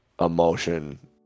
emotion